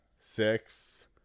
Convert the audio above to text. six